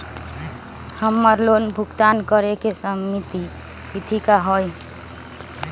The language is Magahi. हमर लोन भुगतान करे के सिमित तिथि का हई?